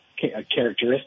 characteristic